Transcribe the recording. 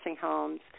homes